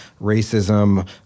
racism